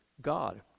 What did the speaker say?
God